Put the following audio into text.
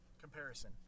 comparison